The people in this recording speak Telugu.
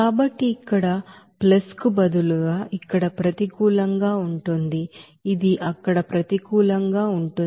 కాబట్టి ఇక్కడ ప్లస్ కు బదులుగా ఇక్కడ ప్రతికూలంగా ఉంటుంది ఇది అక్కడ ప్రతికూలంగా ఉంటుంది